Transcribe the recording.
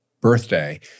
Birthday